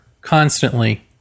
constantly